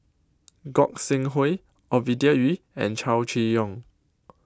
Gog Sing Hooi Ovidia Yu and Chow Chee Yong